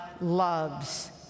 loves